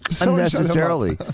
unnecessarily